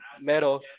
metal